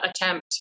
attempt